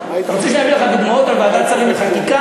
רוצה שאני אביא לך דוגמאות על ועדת שרים לחקיקה,